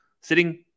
sitting